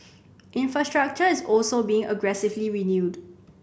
infrastructure is also being aggressively renewed